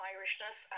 Irishness